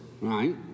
right